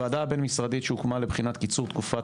ועדה בין משרדית שהוקמה לבחינת קיצור תקופת